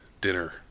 dinner